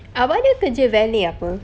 abah dia kerja valet apa